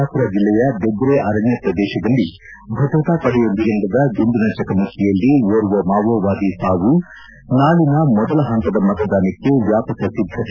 ಛತ್ತೀರ್ಸ್ಗಡದ ಬಿಜಾಪುರ ಜಿಲ್ಲೆಯ ಬೆದ್ರೆ ಅರಣ್ಣ ಪ್ರದೇಶದಲ್ಲಿ ಭದ್ರತಾ ಪಡೆಯೊಂದಿಗೆ ನಡೆದ ಗುಂಡಿನ ಚಕಮಕಿಯಲ್ಲಿ ಓರ್ವ ಮಾವೊವಾದಿ ಸಾವು ನಾಳನ ಮೊದಲ ಹಂತದ ಮತದಾನಕ್ಕೆ ವ್ಯಾಪಕ ಸಿದ್ದತೆ